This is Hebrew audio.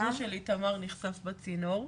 הסיפור של איתמר נחשף בצינור,